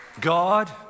God